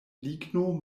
ligno